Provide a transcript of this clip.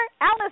Alice